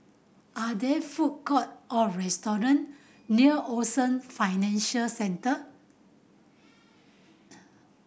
are there food court or restaurant near Ocean Financial Centre